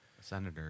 Senator